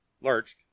lurched